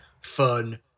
fun